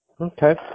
Okay